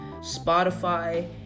Spotify